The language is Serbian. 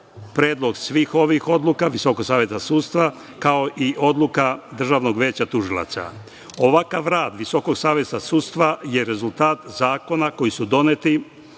predlog svih ovih odluka Visokog saveta sudstva, kao i odluka Državnog veća tužilaca. Ovakav rad Visokog saveta sudstva je rezultat zakona koji su doneti